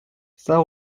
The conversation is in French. saint